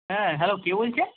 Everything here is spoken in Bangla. হ্যাঁ হ্যালো কে বলছেন